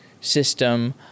system